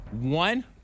one